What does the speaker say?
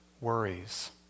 worries